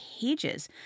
pages